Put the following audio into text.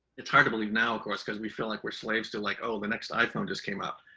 it's hard to believe now, of course, because we feel like we're slaves to like, oh, the next iphone just came out.